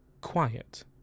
quiet